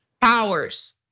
powers